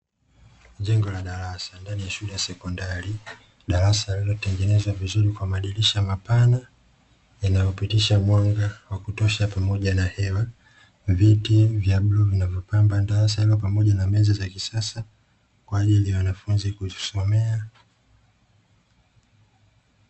Jengo la darasa ndani ya shule ya sekondari, darasa lililotengenezwa vizuri kwa madirisha mapana yanayopitisha mwanga wa kutosha, pamoja na hewa viti vya bluu vinavyopamba darasa hilo pamoja na meza za kisasa kwa ajili ya wanafunzi kujisomea.